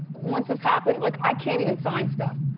once this happened, like i can't even sign stuff.